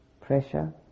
pressure